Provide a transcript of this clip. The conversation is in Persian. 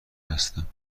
هستیم